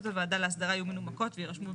הוועדה להסדרה יהיו מנומקות ויירשמו בפרוטוקול.